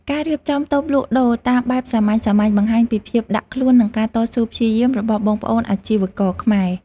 ការរៀបចំតូបលក់ដូរតាមបែបសាមញ្ញៗបង្ហាញពីភាពដាក់ខ្លួននិងការតស៊ូព្យាយាមរបស់បងប្អូនអាជីវករខ្មែរ។